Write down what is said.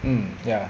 mm ya